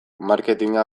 marketina